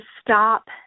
stop